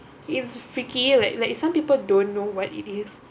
it's freaky like like some people don't know what it is